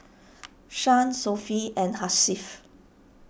Shah Sofea and Hasif